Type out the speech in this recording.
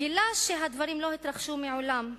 גילה שהדברים לא התרחשו מעולם.